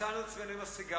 מצאנו את עצמנו עם הסיגריות.